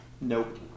Nope